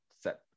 set